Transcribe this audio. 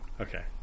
Okay